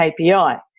KPI